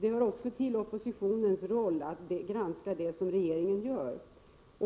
hör ju också till oppositionens roll att granska det som regeringen gör.